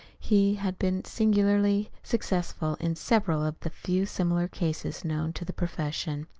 he had been singularly successful in several of the few similar cases known to the profession.